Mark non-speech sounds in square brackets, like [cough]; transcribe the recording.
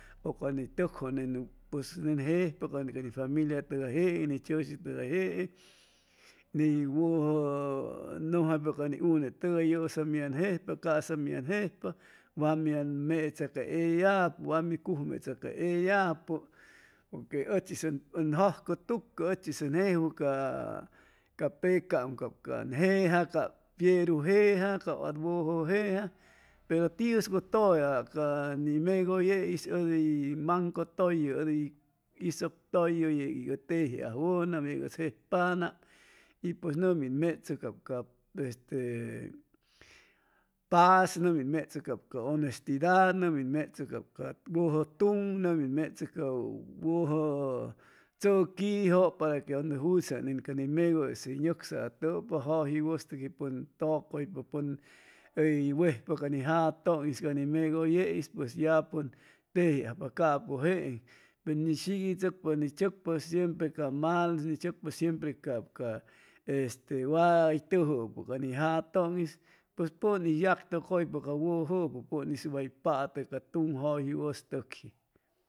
O cuando hʉy tʉkjʉ pues nen jejpa ca ni familia tʉgayjeeŋ ni tzʉsitʉgayjeeŋ ni wʉjʉ nʉmjaypa ca nii unetʉgay yʉsa mian jejpa ca'sa mian jejpa wa mian mecha ca ellapʉ wa min cujmecha ca ellapʉ porque ʉchis ʉn jujcʉtucʉ ʉchis ʉn jejwʉ ca ca pecaam can jeja cap fiuru jeja cap wat wʉjʉ jeja pero tiuscʉtʉya ca ni megʉye yeis ʉd hʉy maŋcʉtʉyʉ ʉd hʉy isʉctʉyʉ yei ʉ tejiajwʉnam yei ʉd jejpanam y pues nʉmin mechʉ cap cap este paz nʉmin mechʉ cap ca honestidad nʉmin mechʉ cap ca wʉjʉ tuŋ nʉmin mechʉ ca wʉjʉ tzʉquijʉ para que ʉnde [hesitation] ca ni megʉye hʉy nʉcsaatʉpa jʉji wʉstʉkji pʉn tʉcʉypa pʉn hʉy wejpa ca ni jatʉŋis ca ni megʉyeis pues ya pʉn tejiajpa capʉ jeeŋ pe ni siguichʉcpa ni chʉcpa siempre ca mal ni chʉcpa siempre cap ca este way tʉjʉʉpʉ ca ni jatʉŋ'is pʉn hʉy yactʉcʉypa ca wʉjʉpʉ pʉnis way patʉ ca tuŋ jʉji wʉstʉkji